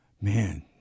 Man